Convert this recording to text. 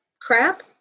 crap